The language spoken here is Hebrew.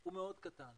הוא מאוד קטן,